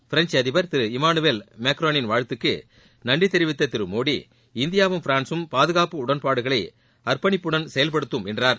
French அதிபர் திரு Emmanuel மெக்ரானின் வாழ்த்துக்கு நன்றி தெரிவித்த திரு மோடி இந்தியாவும் பிரான்சும் பாதுகாப்பு உடன்பாடுகளை அர்ப்பணிப்புடன் செயல்படுத்தும் என்றார்